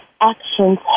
actions